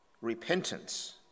repentance